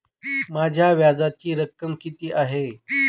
माझ्या व्याजाची रक्कम किती आहे?